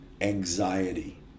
anxiety